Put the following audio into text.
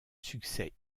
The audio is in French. succès